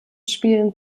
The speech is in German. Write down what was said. spielen